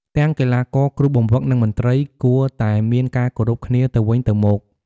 ទាំងកីឡាករ គ្រូបង្វឹក និងមន្ត្រី កួរតែមានការគោរពគ្នាទៅវិញទៅមក។